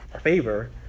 favor